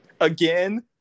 Again